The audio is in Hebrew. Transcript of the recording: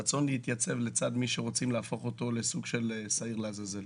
רצון להתייצב לצד מי שרוצים להפוך אותו לסוג של שעיר לעזאזל.